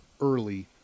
early